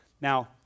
Now